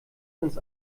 ins